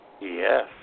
Yes